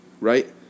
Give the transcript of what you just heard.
right